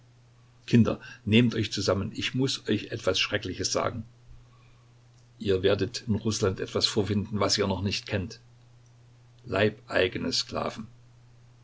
kinder nehmt euch zusammen ich muß euch etwas schreckliches sagen ihr werdet in rußland etwas vorfinden was ihr noch nicht kennt leibeigene